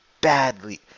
badly